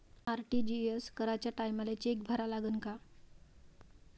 RTGS कराच्या टायमाले cheque भरा लागन का?